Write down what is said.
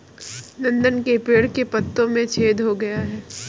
नंदन के पेड़ के पत्तों में छेद हो गया है